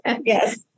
Yes